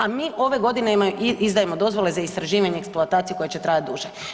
Ali mi ove godine izdajemo dozvole za istraživanje i eksploataciju koja će trajati duže.